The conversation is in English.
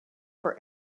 for